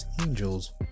Angels